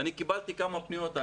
אני קיבלתי כמה פניות.